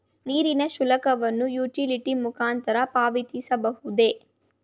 ನೀರಿನ ಶುಲ್ಕವನ್ನು ಯುಟಿಲಿಟಿ ಮುಖಾಂತರ ಪಾವತಿಸಬಹುದೇ?